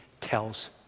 tells